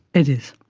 it is.